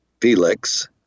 Felix